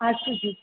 अस्तु जि